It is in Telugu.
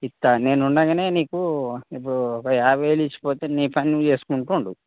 ఇస్తా నేను ఉండగానే నీకు ఇప్పుడు ఒక యాభై వేలు ఇచ్చిపోతే నీ పని చేసుకుంటూ ఉండు